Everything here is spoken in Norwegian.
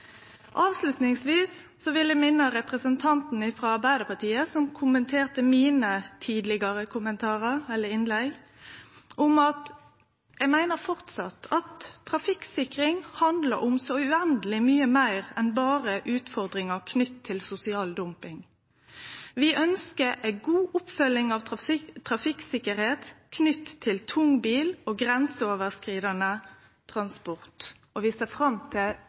vil eg minne representanten frå Arbeidarpartiet, som kommenterte mine tidlegare innlegg, om at eg framleis meiner at trafikksikring handlar om så uendeleg mykje meir enn berre utfordringar knytte til sosial dumping. Vi ønskjer ei god oppfølging av trafikksikkerheit knytt til tung bil og grenseoverskridande transport, og vi ser fram til